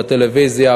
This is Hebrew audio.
בטלוויזיה,